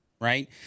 right